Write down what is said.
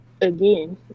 again